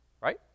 right